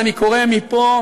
אני קורא מפה,